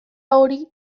hori